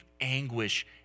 anguish